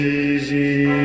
easy